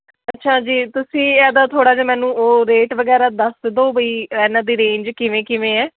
ਅੱਛਾ ਜੀ ਤੁਸੀਂ ਇਹਦਾ ਥੋੜ੍ਹਾ ਜਿਹਾ ਮੈਨੂੰ ਉਹ ਰੇਟ ਵਗੈਰਾ ਦੱਸ ਦਿਓ ਬਈ ਇਹਨਾਂ ਦੀ ਰੇਂਜ ਕਿਵੇਂ ਕਿਵੇਂ ਹੈ